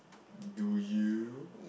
do you